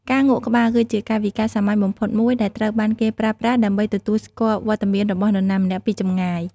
ការងក់ក្បាល គឺជាកាយវិការសាមញ្ញបំផុតមួយ ដែលត្រូវបានគេប្រើប្រាស់ដើម្បីទទួលស្គាល់វត្តមានរបស់នរណាម្នាក់ពីចម្ងាយ។